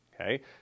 Okay